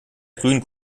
frühen